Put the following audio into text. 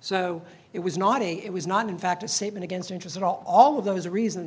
so it was not a it was not in fact a statement against interest are all of those reasons